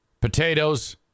potatoes